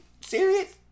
serious